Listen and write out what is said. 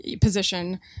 position